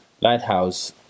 Lighthouse